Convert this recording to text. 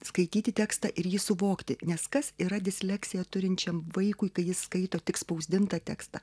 skaityti tekstą ir jį suvokti nes kas yra disleksiją turinčiam vaikui kai jis skaito tik spausdintą tekstą